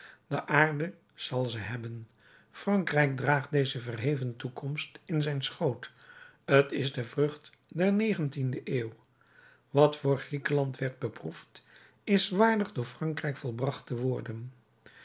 de aarde zal ze hebben frankrijk draagt deze verheven toekomst in zijn schoot t is de vrucht der negentiende eeuw wat door griekenland werd beproefd is waardig door frankrijk volbracht te worden